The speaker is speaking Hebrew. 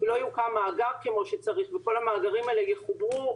לא יוקם מאגר כמו שצריך וכל המאגרים האלה יחוברו,